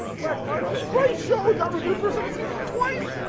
black monday? great show, it got renewed for a second season, but twice?